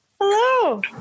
Hello